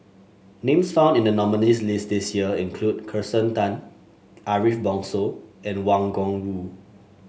names found in the nominees' list this year include Kirsten Tan Ariff Bongso and Wang Gungwu